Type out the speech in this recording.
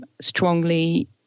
strongly